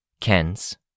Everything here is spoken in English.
Ken's